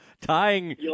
tying